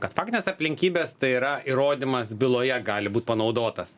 kad faktinės aplinkybės tai yra įrodymas byloje gali būt panaudotas